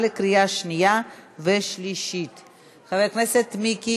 24 חברי כנסת בעד,